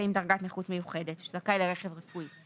דרגת נכות מיוחדת ושזכאי לרכב רפואי.